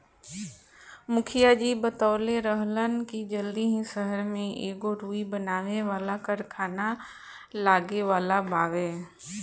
मुखिया जी बतवले रहलन की जल्दी ही सहर में एगो रुई बनावे वाला कारखाना लागे वाला बावे